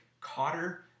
Cotter